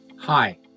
Hi